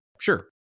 Sure